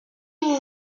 vous